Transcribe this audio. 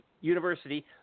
university